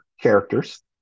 characters